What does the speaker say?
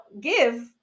give